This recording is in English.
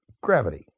Gravity